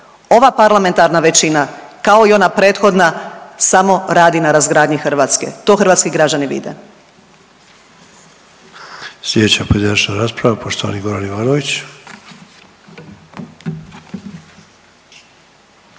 Ova parlamentarna većina kao i ona prethodna samo radi na razgradnji Hrvatske, to hrvatski građani vide.